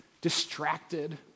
distracted